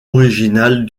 originale